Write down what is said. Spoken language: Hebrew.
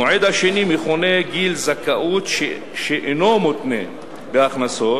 המועד השני מכונה גיל זכאות שאינו מותנה בהכנסות,